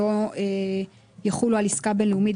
לא יחולו על עסקה בין-לאומית,